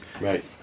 right